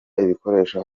ibikoresho